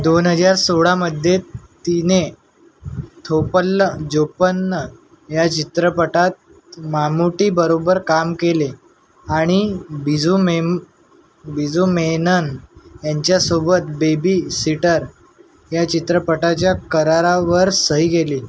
दोन हजार सोळामध्ये तिने थोपल्ल जोपन्न या चित्रपटात मामूटीबरोबर काम केले आणि बिजू मेम बिजू मेनन यांच्यासोबत बेबी सिटर या चित्रपटाच्या करारावर सही केली